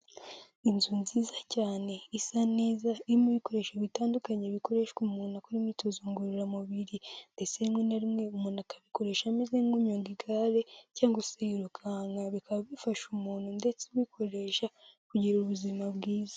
Inzu nziza cyane isa neza irimo ibikoresho bitandukanye bikoreshwa umuntu akora imyitozo ngororamubiri ndetse rimwe na rimwe umuntu akabikoresha ameze nk'unyonga igare cyangwa se yirukanka bikaba bifasha umuntu ndetse bikoresha kugira ubuzima bwiza.